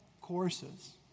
courses